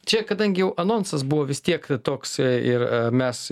čia kadangi jau anonsas buvo vis tiek toks ir mes